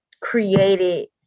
created